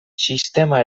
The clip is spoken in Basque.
sistema